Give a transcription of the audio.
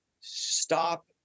stop